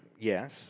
Yes